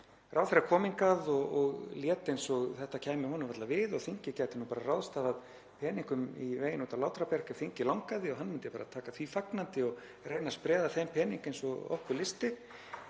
Ráðherra kom hingað og lét eins og þetta kæmi honum varla við og þingið gæti ráðstafað peningum í veginn út á Látrabjarg ef þingið langaði til og hann myndi bara taka því fagnandi og reyna að spreða þeim peningum eins og okkur lysti.